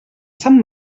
sant